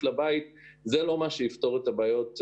לבית - זה לא מה שיפתור את הבעיות,